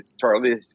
Charlie